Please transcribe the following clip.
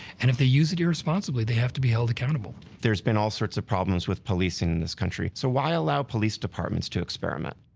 and if they use it irresponsibly, they have to be held accountable. there's been all sorts of problems with policing in this country. so why allow police departments to experiment?